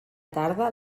tarda